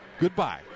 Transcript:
goodbye